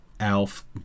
alf